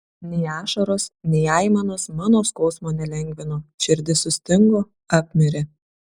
nei ašaros nei aimanos mano skausmo nelengvino širdis sustingo apmirė